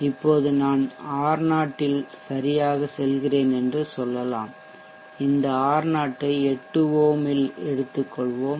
இப்போது நான் R0 இல் சரியாக செல்கிறேன் என்று சொல்லலாம் இந்த R0 ஐ 8 ஓம் இல் எடுத்துக்கொள்வோம்